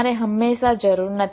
તમારે હંમેશા જરૂર નથી